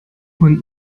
und